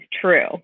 true